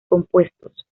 compuestos